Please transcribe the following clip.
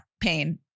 pain